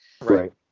Right